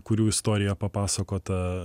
kurių istorija papasakota